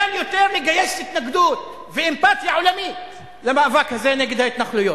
קל יותר לגייס התנגדות ואמפתיה עולמית למאבק הזה נגד ההתנחלויות.